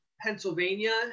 Pennsylvania